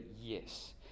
Yes